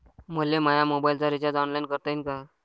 मले माया मोबाईलचा रिचार्ज ऑनलाईन करता येईन का?